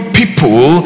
people